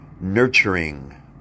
nurturing